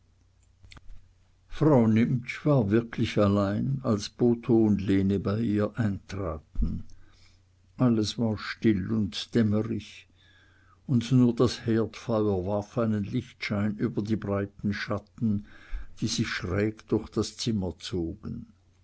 frau nimptsch war wirklich allein als botho und lene bei ihr eintraten alles war still und dämmerig und nur das herdfeuer warf einen lichtschein über die breiten schatten die sich schräg durch das zimmer zogen